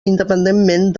independentment